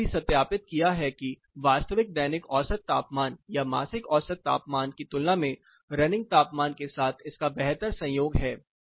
हमने यह भी सत्यापित किया है कि वास्तविक दैनिक औसत तापमान या मासिक औसत तापमान की तुलना में रनिंग तापमान के साथ इसका बेहतर संयोग है